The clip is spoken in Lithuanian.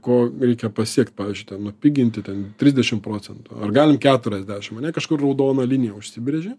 ko reikia pasiekt pavyzdžiui nupiginti ten trisdešim procentų ar galim keturiasdešim ane kažkur raudona linija užsibrėžė